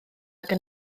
gan